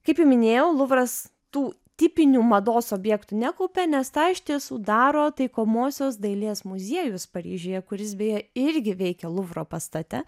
kaip jau minėjau luvras tų tipinių mados objektų nekaupia nes tą iš tiesų daro taikomosios dailės muziejus paryžiuje kuris beje irgi veikia luvro pastate